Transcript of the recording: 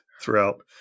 throughout